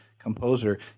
composer